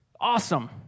awesome